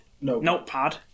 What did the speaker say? notepad